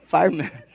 Fireman